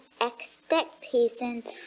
expectations